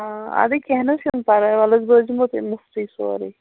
آ ادٕ کینٛہہ نہٕ حظ چھُنہٕ پرواے ولہٕ حظ بہٕ حظ دِمو تۄہہِ مُفتٕے سورٕے